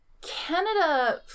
Canada